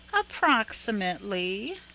Approximately